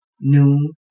noon